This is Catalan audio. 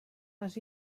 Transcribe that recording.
les